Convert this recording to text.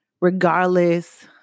regardless